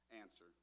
answer